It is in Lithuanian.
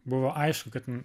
buvo aišku kad